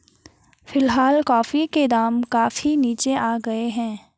फिलहाल कॉफी के दाम काफी नीचे आ गए हैं